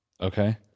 Okay